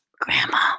grandma